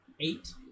eight